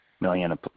million